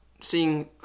seeing